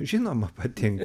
žinoma patinka